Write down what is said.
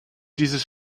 dieses